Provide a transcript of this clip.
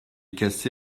cassé